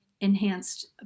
enhanced